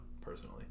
personally